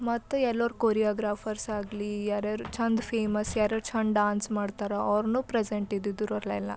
ಮತ್ತು ಎಲ್ಲರು ಕೊರಿಯೋಗ್ರಾಫರ್ಸ್ ಆಗಲಿ ಯಾ ಚೆಂದ ಫೇಮಸ್ ಯಾರ್ಯಾರು ಡಾನ್ಸ್ ಮಾಡ್ತಾರೋ ಅವ್ರೂ ಪ್ರೆಸೆಂಟ್ ಇದ್ದಿದ್ರು ಅಲ್ಲೆಲ್ಲ